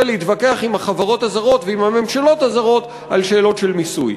להתווכח עם החברות הזרות ועם הממשלות הזרות על שאלות של מיסוי.